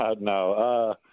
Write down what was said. No